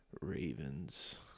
Ravens